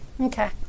Okay